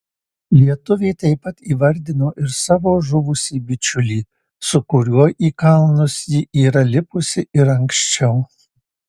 lietuvė taip pat įvardino ir savo žuvusį bičiulį su kuriuo į kalnus ji yra lipusi ir anksčiau